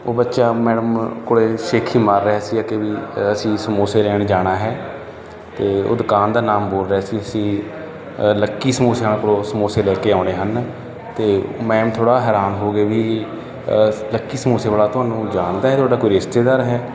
ਉਹ ਬੱਚਾ ਮੈਡਮ ਕੋਲ ਸੇਖੀ ਮਾਰ ਰਿਹਾ ਸੀ ਅਖੇ ਵੀ ਅਸੀਂ ਸਮੋਸੇ ਲੈਣ ਜਾਣਾ ਹੈ ਅਤੇ ਉਹ ਦੁਕਾਨ ਦਾ ਨਾਮ ਬੋਲ ਰਿਹਾ ਸੀ ਅਸੀਂ ਲੱਕੀ ਸਮੋਸੇ ਵਾਲਿਆਂ ਕੋਲੋਂ ਸਮੋਸੇ ਲੈ ਕੇ ਆਉਣੇ ਹਨ ਤਾਂ ਮੈਮ ਥੋੜ੍ਹਾ ਹੈਰਾਨ ਹੋ ਗਏ ਵੀ ਲੱਕੀ ਸਮੋਸੇ ਵਾਲਾ ਤੁਹਾਨੂੰ ਜਾਣਦਾ ਹੈ ਤੁਹਾਡਾ ਕੋਈ ਰਿਸ਼ਤੇਦਾਰ ਹੈ